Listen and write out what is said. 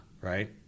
right